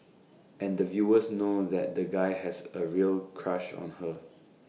and the viewers know that the guy has A real crush on her